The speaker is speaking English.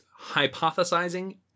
hypothesizing